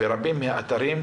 רבים מהאתרים,